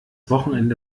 wochenende